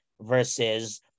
versus